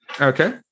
Okay